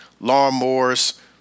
lawnmowers